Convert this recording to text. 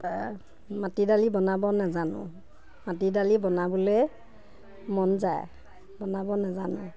মাটি দালি বনাব নাজানো মাটি দালি বনাবলৈ মন যায় বনাব নাজানো